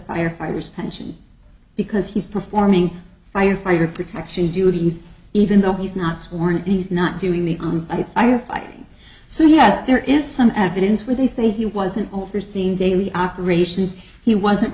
firefighters pension because he's performing firefighter protection duties even though he's not sworn in he's not doing the honors by firefighting so he has there is some evidence where they say he wasn't overseeing daily operations he wasn't